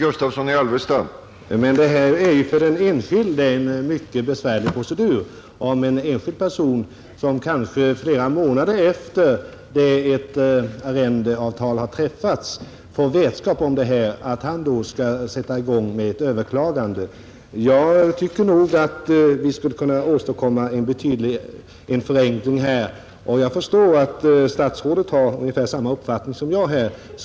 Herr talman! Det är en mycket besvärlig procedur om en enskild person kanske flera månader efter det att ett arrendeavtal träffats får vetskap om att han då skall sätta i gång med ett överklagande. Jag tycker vi skulle kunna åstadkomma en förenkling. Jag förstår att industriministern har ungefär samma uppfattning som jag i denna fråga.